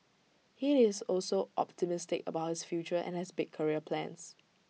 he is also optimistic about his future and has big career plans